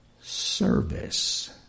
service